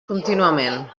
contínuament